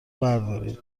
بردارید